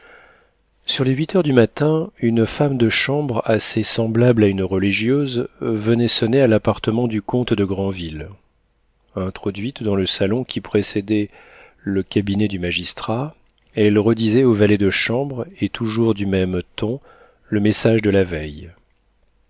sur les huit heures du matin une femme de chambre assez semblable à une religieuse venait sonner à l'appartement du comte de granville introduite dans le salon qui précédait le cabinet du magistrat elle redisait au valet de chambre et toujours du même ton le message de la veille